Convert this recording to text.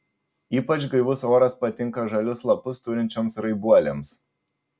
ypač gaivus oras patinka žalius lapus turinčioms raibuolėms